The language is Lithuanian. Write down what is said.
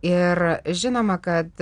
ir žinoma kad